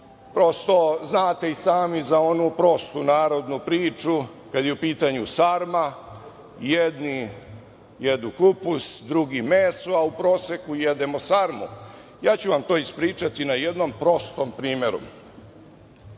Znate i sami za onu prostu narodnu priču, kad je u pitanju sarma, jedni jedu kupus, drugi meso, a u proseku jedemo sarmu. Ja ću vam to ispričati na jednom prostom primeru.